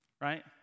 right